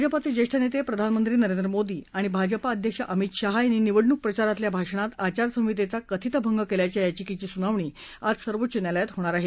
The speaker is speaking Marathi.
भाजपाचे ज्येष्ठ नेते प्रधानमंत्री नरेंद्र मोदी यांनी आणि भाजपा अध्यक्ष अमित शाह यांनी निवडणूक प्रचारातल्या भाषणात आचारसंहितेचा कथित भंग केल्याच्या याचिकेची सुनावणी आज सर्वोच्च न्यायालयात होणार आहे